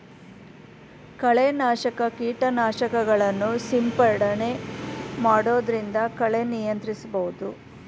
ಕಳೆ ನಾಶಕ ಕೀಟನಾಶಕಗಳನ್ನು ಸಿಂಪಡಣೆ ಮಾಡೊದ್ರಿಂದ ಕಳೆ ನಿಯಂತ್ರಿಸಬಹುದು